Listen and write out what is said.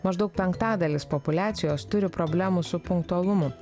maždaug penktadalis populiacijos turi problemų su punktualumu